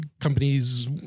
companies